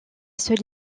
seule